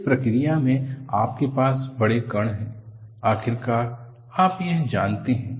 इस प्रक्रिया आपके पास बड़े कण हैं आखिरकार आप यह चाहते हैं